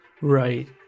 right